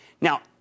Now